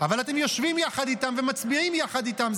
אבל אתם יושבים יחד איתם ומצביעים יחד איתם.